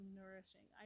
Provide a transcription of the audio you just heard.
nourishing